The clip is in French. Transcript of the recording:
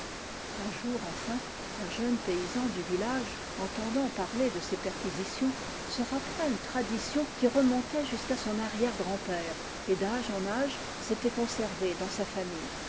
un jour enfin un jeune paysan du village entendant parler de ces perquisitions se rappela une tradition qui remontait jusqu'à son arrière grand père et d'âge en âge s'était conservée dans sa famille